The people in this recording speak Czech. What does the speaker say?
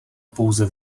pouze